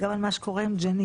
גם על מה שקורה עם ג'נין.